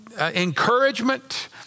encouragement